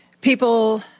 People